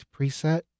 preset